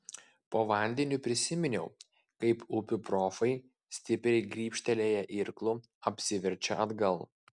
po vandeniu prisiminiau kaip upių profai stipriai grybštelėję irklu apsiverčia atgal